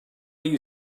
you